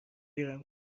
ایران